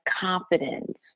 confidence